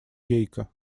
гейка